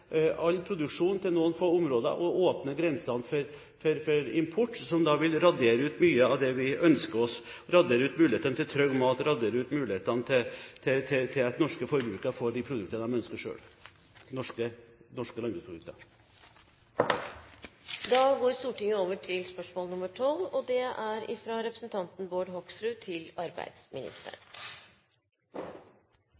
all produksjon til noen få områder og åpne grensene for import, noe som vil radere ut mye av det vi ønsker oss – radere ut mulighetene til trygg mat, radere ut mulighetene for at norske forbrukere får de produktene de ønsker seg, altså norske landbruksprodukter. «Politi, brannvesen og luftambulanse» – det er en liten trykkfeil her, det skulle vært ambulansetjeneste – «i Telemark er